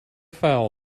foul